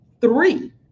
three –